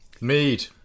Mead